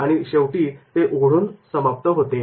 आणि शेवटी ते ते उघडून समाप्त होते